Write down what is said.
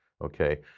Okay